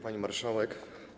Pani Marszałek!